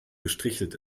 gestrichelt